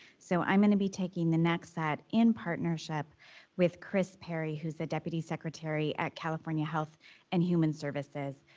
so, i'm going to be taking the next set in partnership with kris perry, who's the deputy secretary at california health and human services.